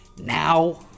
Now